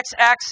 XX